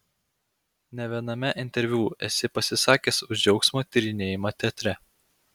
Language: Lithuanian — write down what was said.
ne viename interviu esi pasisakęs už džiaugsmo tyrinėjimą teatre